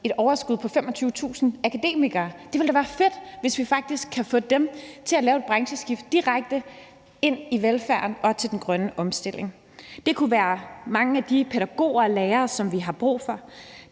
et overskud på 25.000 akademikere. Det ville da være fedt, hvis vi faktisk kunne få dem til at lave et brancheskift direkte til velfærden og den grønne omstilling. Det kunne være mange af de pædagoger og lærere, som vi har brug for,